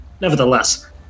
nevertheless